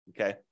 Okay